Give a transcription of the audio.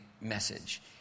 message